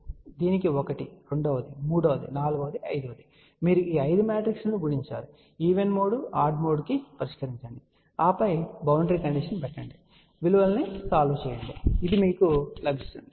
కాబట్టి దీనికి ఒకటి రెండవది మూడవది నాల్గవది ఐదవది మీరు ఆ 5 మ్యాట్రిక్స్ లను గుణించాలి ఈవెన్ మోడ్ ఆడ్ మోడ్కు పరిష్కరించండి ఆపై బౌండరీ కండిషన్ పెట్టండి విలువలను సాల్వ్ చేయండి మరియు ఇది మీకు లభిస్తుంది